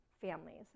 families